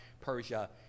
Persia